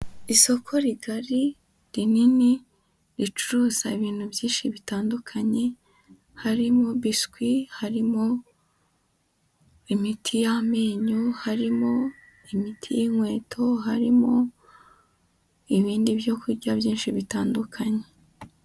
Isoko rigari rinini ricuruza ibintu byinshi bitandukanye, harimo biswi, harimo imiti y'amenyo, harimo imiti y'inkweto, harimo ibindi byo kurya byinshi bitandukanye.